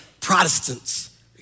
Protestants